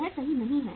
यह सही नहीं है